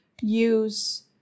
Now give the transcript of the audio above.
use